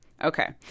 Okay